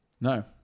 No